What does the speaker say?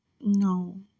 No